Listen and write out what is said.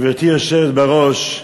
גברתי היושבת בראש,